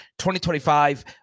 2025